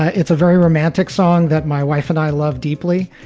ah it's a very romantic song that my wife and i love deeply.